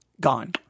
Gone